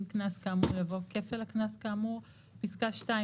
"קנס כאמור" יבוא "כפל הקנס כאמור"; בפסקה (1),